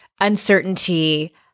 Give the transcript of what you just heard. uncertainty